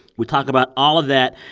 we talk about all of that.